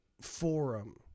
forum